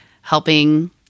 helping